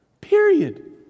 Period